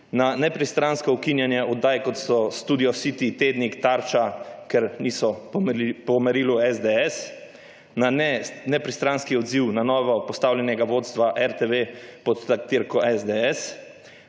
na nepristransko ukinjanje oddaj, kot so Studio City, Tednik, Tarča, ker niso po merilu SDS, na nepristranski odziv na novo postavljenega vodstva RTV pod taktirko SDS,